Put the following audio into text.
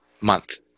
month